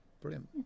Brilliant